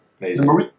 Amazing